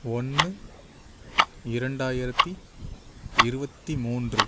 ஒன்று இரண்டாயிரத்து இருபத்தி மூன்று